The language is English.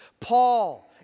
Paul